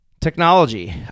Technology